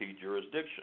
jurisdiction